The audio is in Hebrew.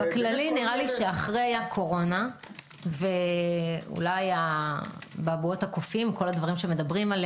בכללי נראה לי שאחרי הקורונה ואולי אבעבועות הקופים וכדומה,